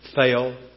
fail